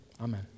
amen